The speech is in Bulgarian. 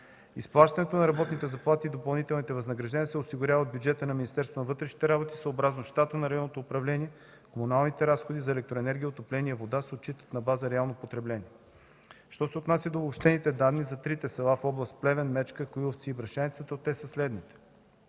Изплащането на работните заплати и допълнителните възнаграждения се осигурява от бюджета на Министерството на вътрешните работи съобразно щата на Районното управление. Комуналните разходи за електроенергия, отопление и вода се отчитат на база реално потребление. Що се отнася до обобщените данни за трите села в област Плевен – Мечка, Коиловци и Бръшляница, то те са следните.